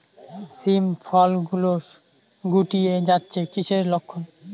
শিম ফল গুলো গুটিয়ে যাচ্ছে কিসের লক্ষন?